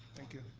thank you.